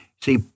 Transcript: See